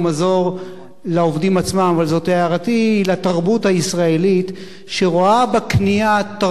אבל זאת הערתי לתרבות הישראלית שרואה בקנייה תרבות בפני עצמה,